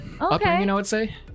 Okay